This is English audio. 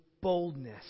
boldness